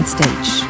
stage